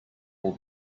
will